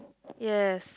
yes